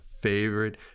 favorite